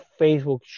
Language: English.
Facebook